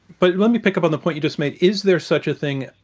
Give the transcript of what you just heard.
but let me pick up on the point you just made. is there such a thing?